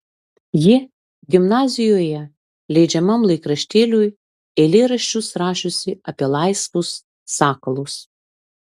ji gimnazijoje leidžiamam laikraštėliui eilėraščius rašiusi apie laisvus sakalus